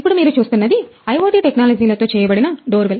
ఇప్పుడు మీరు చూస్తున్నది IoT టెక్నాలజీతో చేయబడిన డోర్ బెల్